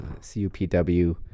CUPW